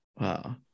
Wow